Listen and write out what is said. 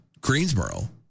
Greensboro